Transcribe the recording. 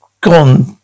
gone